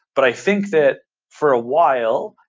but i think that for a while,